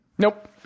Nope